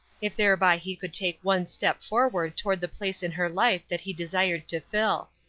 if thereby he could take one step forward toward the place in her life that he desired to fill.